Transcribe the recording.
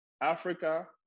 africa